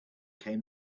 came